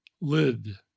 Lid